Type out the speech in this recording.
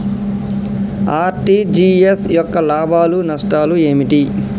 RTGS యొక్క లాభాలు నష్టాలు ఏమిటి?